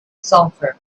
sulfur